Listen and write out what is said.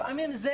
לפעמים זה